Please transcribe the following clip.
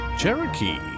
Cherokee